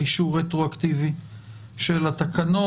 של אישור רטרואקטיבי של התקנות.